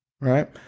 right